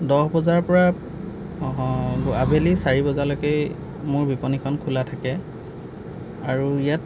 দহ বজাৰপৰা আবেলি চাৰি বজালৈকে মোৰ বিপণিখন খোলা থাকে আৰু ইয়াত